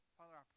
Father